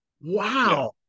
wow